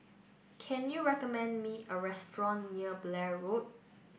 can you recommend me a restaurant near Blair Road